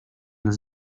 los